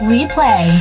Replay